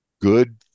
good